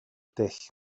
dull